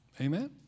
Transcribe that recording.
Amen